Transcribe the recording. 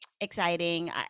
exciting